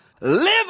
Live